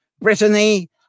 Brittany